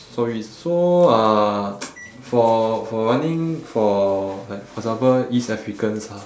sorry so uh for for running for like for example east africans ah